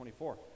24